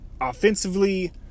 offensively